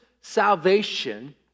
salvation